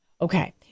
Okay